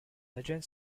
legend